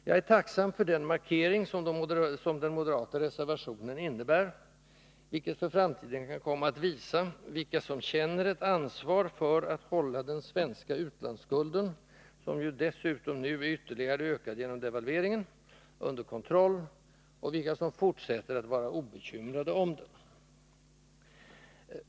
Jag är tacksam för den markering som den moderata reservationen innebär, vilket för framtiden kommer att visa vilka som känner ett ansvar för att hålla den svenska utlandsskulden, som ju dessutom nu är ytterligare ökad genom devalveringen, under kontroll och vilka som fortsätter att vara obekymrade om den.